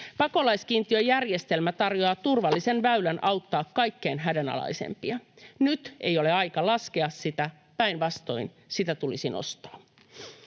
Pakolaiskiintiöjärjestelmä tarjoaa turvallisen väylän auttaa kaikkein hädänalaisimpia. Nyt ei ole aika laskea sitä. Päinvastoin sitä tulisi nostaa.